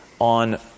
on